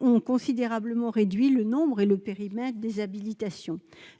ont considérablement réduit le nombre et le périmètre des habilitations.